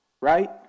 right